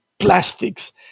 plastics